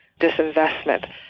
disinvestment